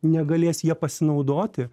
negalės ja pasinaudoti